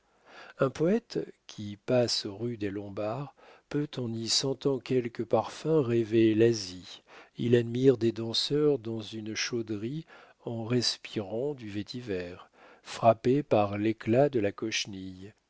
un poète qui passe rue des lombards peut en y sentant quelques parfums rêver l'asie il admire des danseuses dans une chauderie en respirant du vétiver frappé par l'éclat de la cochenille